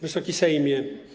Wysoki Sejmie!